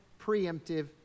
preemptive